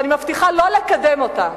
ואני מבטיחה לא לקדם אותה.